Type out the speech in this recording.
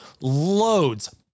loads